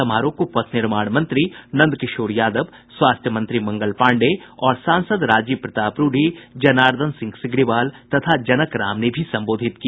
समारोह को पथ निर्माण मंत्री नंद किशोर यादव स्वास्थ्य मंत्री मंगल पांडेय और सांसद राजीव प्रताप रूडी जर्नादन सिंह सिग्रीवाल और जनक राम ने भी संबोधित किया